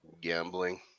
gambling